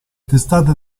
testate